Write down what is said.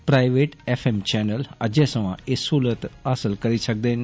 private F M channel अज्जै सवां एह सहूलत हासल करी सकदे न